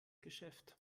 geschäft